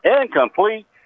incomplete